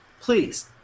Please